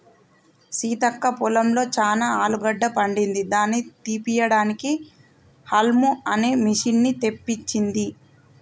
సీతక్క పొలంలో చానా ఆలుగడ్డ పండింది దాని తీపియడానికి హౌల్మ్ అనే మిషిన్ని తెప్పించింది